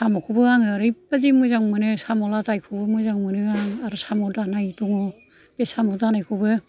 साम'खौबो आङो ओरैबायदि मोजां मोनो साम' लादायखौबो मोजां मोनो आं आर साम' दानाय दङ बे साम' दानायखौबो